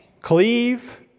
Cleave